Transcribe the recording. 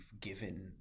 given